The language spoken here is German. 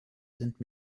sind